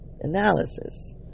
analysis